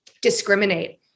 discriminate